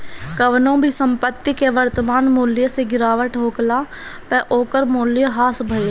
कवनो भी संपत्ति के वर्तमान मूल्य से गिरावट होखला पअ ओकर मूल्य ह्रास भइल